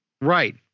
Right